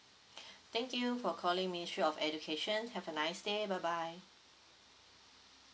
thank you for calling ministry of education have a nice day bye bye